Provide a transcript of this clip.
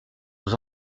aux